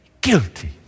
guilty